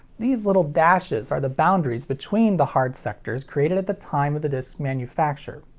these little dashes are the boundaries between the hard sectors created at the time of the disc's manufacture.